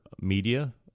media